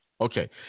Okay